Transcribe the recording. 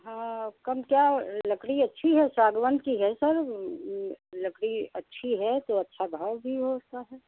हाँ कम क्या लकड़ी अच्छी है सागवान की है सर लकड़ी अच्छी है तो अच्छा भाव भी उसका है